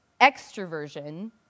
extroversion